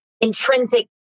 intrinsic